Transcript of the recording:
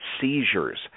seizures